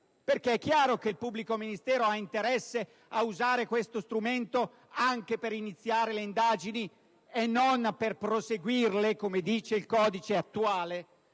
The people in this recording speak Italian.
perché è chiaro che il pubblico ministero ha interesse ad usare questo strumento anche per iniziare le indagini e non per proseguirle, come dice il codice attuale,